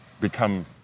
become